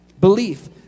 belief